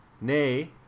nay